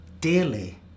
daily